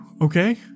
okay